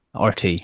RT